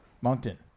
Moncton